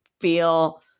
feel